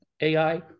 AI